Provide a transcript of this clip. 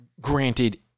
Granted